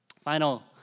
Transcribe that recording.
Final